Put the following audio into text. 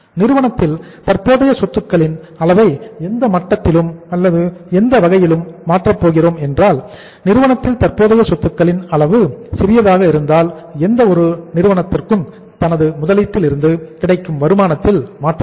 நிறுவனத்தில் தற்போதைய சொத்துக்களின் அளவை எந்த மட்டத்திலும் அல்லது எந்த வகையிலும் மாற்றப் போகிறோம் என்றால் நிறுவனத்தில் தற்போதைய சொத்துகளின் அளவு சிறியதாக இருந்தால் எந்த ஒரு நிறுவனத்திற்கும் தனது முதலீட்டில் இருந்து கிடைக்கும் வருமானத்தில் மாற்றம் இருக்கும்